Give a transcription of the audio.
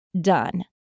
done